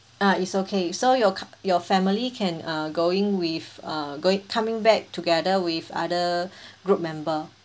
ah it's okay so your c~ your family can uh going with uh going coming back together with other group member